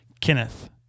Kenneth